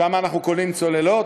שם אנחנו קונים צוללות,